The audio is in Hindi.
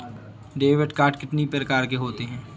डेबिट कार्ड कितनी प्रकार के होते हैं?